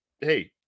hey